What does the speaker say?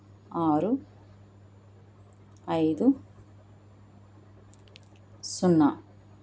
ఆరు ఐదు సున్నా